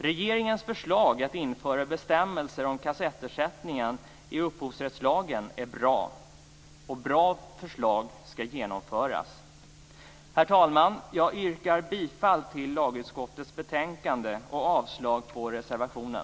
Regeringens förslag att införa bestämmelser om kassettersättning i upphovsrättslagen är bra, och bra förslag skall genomföras. Herr talman! Jag yrkar bifall till lagutskottets hemställan och avslag på reservationen.